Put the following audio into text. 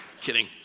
Kidding